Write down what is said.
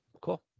Cool